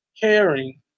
caring